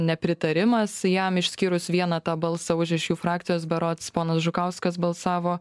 nepritarimas jam išskyrus vieną tą balsą už iš jų frakcijos berods ponas žukauskas balsavo